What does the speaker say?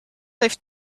lift